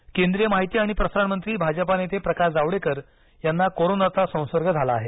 Javadekar corona केंद्रीय माहिती आणि प्रसारण मंत्री भाजपा नेते प्रकाश जावडेकर यांना कोरोनाचा संसर्ग झाला आहे